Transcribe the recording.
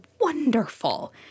wonderful